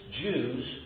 Jews